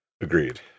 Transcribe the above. Agreed